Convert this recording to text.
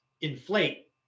inflate